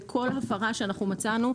וכל הפרה שאנחנו מצאנו,